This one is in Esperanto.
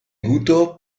guto